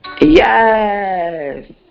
Yes